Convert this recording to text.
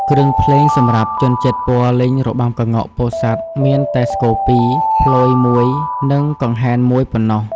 គ្រឿងភ្លេងសម្រាប់ជនជាតិព័រលេងរបាំក្ងោកពោធិ៍សាត់មានតែ ស្គរ២ ព្លយ១ និងកង្ហែន១ប៉ុណ្ណោះ ។